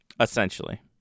Essentially